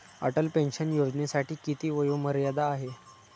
Atal pension योजनेसाठी किती वयोमर्यादा आहे?